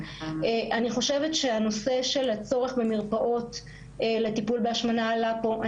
אני חושבת שהנושא של הצורך במרפאות לטיפול בהשמנה עלה פה.